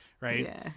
Right